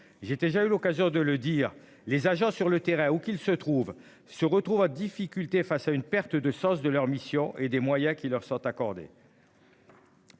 J'étais déjà eu l'occasion de le dire, les agents sur le terrain ou qu'il se trouve, se retrouvent à difficulté face à une perte de sens de leurs missions et des moyens qui leur sont accordés.